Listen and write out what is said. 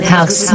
House